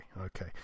okay